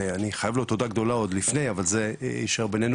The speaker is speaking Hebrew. אני חייב לו תודה גדולה עוד לפני אבל זה יישאר בינינו,